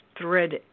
thread